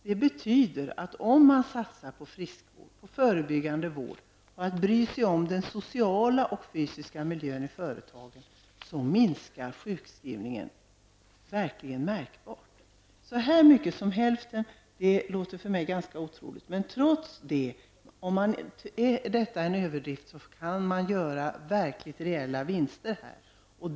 Det betyder att om man satsar på friskvård, på förebyggande vård och bryr sig om den sociala och fysiska miljön i företaget, minskar sjukskrivningarna verkligen märkbart. Så mycket som hälften låter för mig ganska otroligt. Även om detta är en överdrift kan man göra verkligt reella vinster.